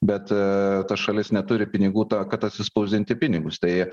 bet ta šalis neturi pinigų ta kad atsispausdinti pinigus tai